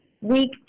week